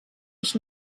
ich